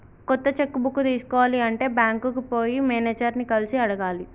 కొత్త cheque book తీసుకోవాలి అంటే బ్యాంకుకు పోయి మేనేజర్ ని కలిసి అడగాలి